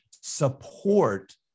support